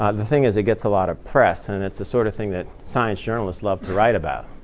ah the thing is it gets a lot of press, and and it's the sort of thing that science journalists love to write about.